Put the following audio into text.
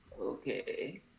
Okay